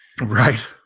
Right